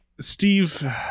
Steve